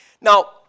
Now